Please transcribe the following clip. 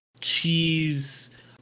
cheese